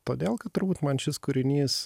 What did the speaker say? todėl kad turbūt man šis kūrinys